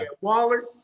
Waller